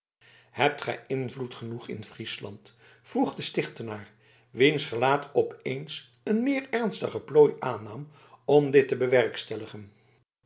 hebt gij invloed genoeg in friesland vroeg de stichtenaar wiens gelaat op eens een meer ernstige plooi aannam om dit te bewerkstelligen